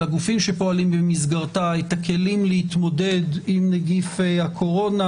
שפועלים במסגרתה את הכלים להתמודד עם נגיף הקורונה,